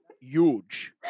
huge